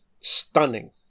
stunning